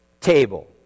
table